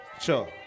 Sure